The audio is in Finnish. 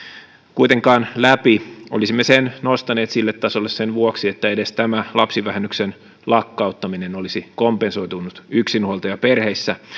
kuitenkaan läpi olisimme sen nostaneet sille tasolle sen vuoksi että edes tämä lapsivähennyksen lakkauttaminen olisi kompensoitunut yksinhuoltajaperheissä